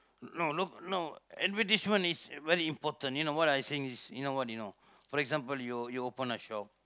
no no no advertisement is very important you know what I saying is you know what you know for example you you open a shop